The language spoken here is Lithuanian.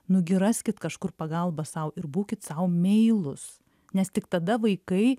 nugi raskit kažkur pagalbą sau ir būkit sau meilūs nes tik tada vaikai